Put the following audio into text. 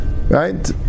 right